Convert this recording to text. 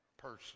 person